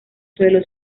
suelo